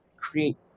create